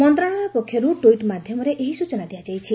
ମନ୍ତ୍ରଶାଳୟ ପକ୍ଷରୁ ଟ୍ୱିଟ୍ ମାଧ୍ୟମରେ ଏହି ସୂଚନା ଦିଆଯାଇଛି